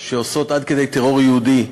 שעושות עד כדי טרור יהודי,